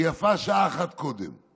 ויפה שעה אחת קודם.